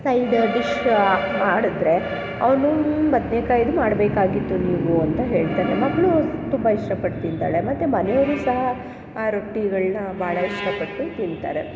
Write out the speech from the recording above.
ಸೈಡ dish ಮಾಡಿದ್ರೆ ಅವನು ಬದನೇಕಾಯ್ದು ಮಾಡಬೇಕಾಗಿತ್ತು ನೀವು ಅಂತ ಹೇಳ್ತಾನೆ ಮಗಳು ತುಂಬ ಇಷ್ಟಪಟ್ಟು ತಿಂತಾಳೆ ಮತ್ತು ಮನೆಯವರು ಸಹ ರೊಟ್ಟಿಗಳನ್ನ ಭಾಳ ಇಷ್ಟಪಟ್ಟು ತಿಂತಾರೆ